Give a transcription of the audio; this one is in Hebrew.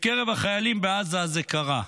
בקרב החיילים בעזה זה קרה,